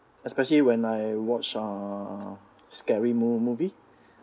especially when I watch uh scary mo~ movie